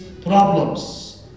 problems